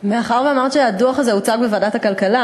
מאחר שאמרת שהדוח הזה הוצג בוועדת הכלכלה,